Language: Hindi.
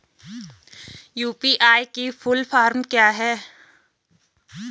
यु.पी.आई की फुल फॉर्म क्या है?